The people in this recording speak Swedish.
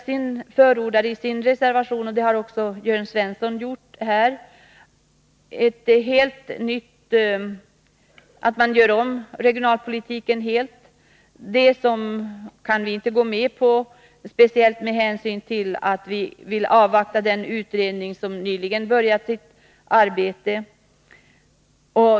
Vpk förordar i sin reservation om riktlinjerna för regionalpolitiken, som Jörn Svensson nyss berörde, att regionalpolitiken helt görs om. Detta kan vi inte gå med på, speciellt med hänsyn till att vi vill avvakta den utredning som nyligen börjat sitt arbete.